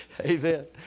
Amen